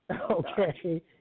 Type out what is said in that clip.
Okay